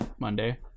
Monday